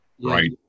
Right